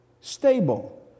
Stable